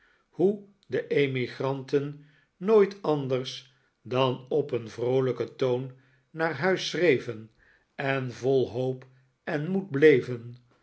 hoe de emigranten nooit anders dan op een vroolijken toon naar huis schreven en vol hoop en moed bleven